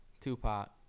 Tupac